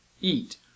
eat